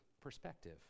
perspective